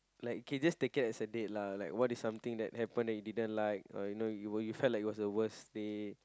like okay just take it as a date lah like what is something that happen that you didn't like or you know you you you felt like it was the worst date